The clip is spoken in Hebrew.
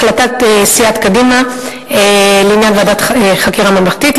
החלטת סיעת קדימה לעניין ועדת חקירה ממלכתית,